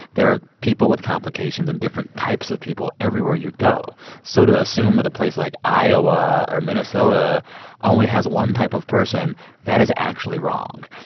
there are people with complications and different types of people everywhere you go. so to assume that a place like iowa or minnesota only has one type of person, that is actually wrong.